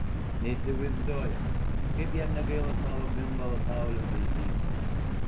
neįsivaizduoju kaip jam negaila savo bimbalo saules raižyti